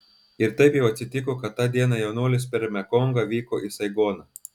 ir taip jau atsitiko kad tą dieną jaunuolis per mekongą vyko į saigoną